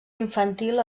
infantil